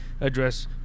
address